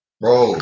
bro